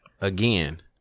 again